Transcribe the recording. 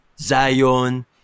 Zion